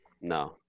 No